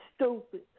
stupid